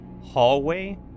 hallway